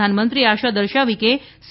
પ્રધાનમંત્રીએ આશા દર્શાવી કે સી